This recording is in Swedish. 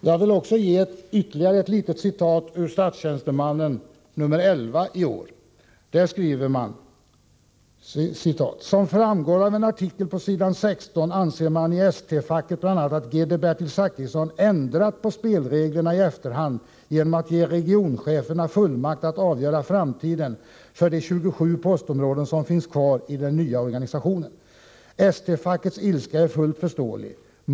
Jag vill ge ytterligare ett citat ur Statstjänstemannen nr 11 i år: ”Som framgår av en artikel på sidan 16 anser man i ST-facket bl.a. att gd Bertil Zachrisson ändrat på spelreglerna i efterhand genom att ge regioncheferna fullmakt att avgöra framtiden för de 27 postområden som finns kvar i den nya organisationen. ST-fackets ilska är fullt förståelig.